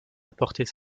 apporter